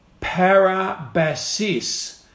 Parabasis